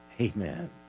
Amen